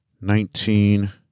nineteen